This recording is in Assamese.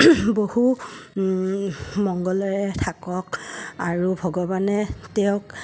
বহু মংগলেৰে থাকক আৰু ভগৱানে তেওঁক